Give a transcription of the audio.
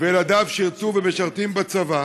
וילדיו שירתו ומשרתים בצבא,